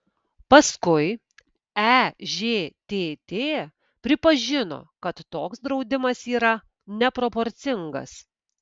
paskui ežtt pripažino kad toks draudimas yra neproporcingas